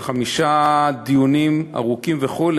חמישה דיונים ארוכים וכו',